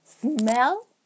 smell